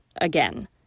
again